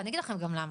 ואני אגיד לכם גם למה,